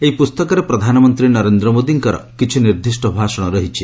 ଏହି ପୁସ୍ତକରେ ପ୍ରଧାନମନ୍ତ୍ରୀ ନରେନ୍ଦ୍ର ମୋଦିଙ୍କର କିଛି ନିର୍ଦ୍ଧିଷ୍ଟ ଭାଷଣ ରହିଛି